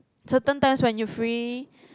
certain times when you free